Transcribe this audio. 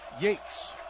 Yates